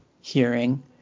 hearing